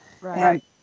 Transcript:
Right